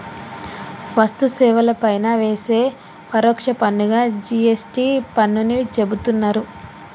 వస్తు సేవల పైన వేసే పరోక్ష పన్నుగా జి.ఎస్.టి పన్నుని చెబుతున్నరు